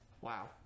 Wow